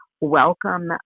welcome